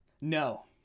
No